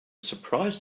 surprised